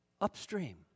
upstream